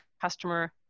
customer